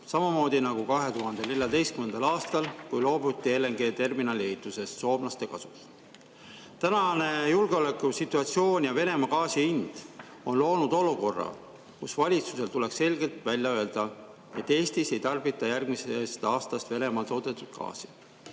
samamoodi nagu 2014. aastal, kui loobuti LNG-terminali ehitusest soomlaste kasuks. Tänane julgeolekusituatsioon ja Venemaa gaasi hind on loonud olukorra, kus valitsusel tuleks selgelt välja öelda, et Eestis ei tarbita järgmisest aastast Venemaal toodetud gaasi.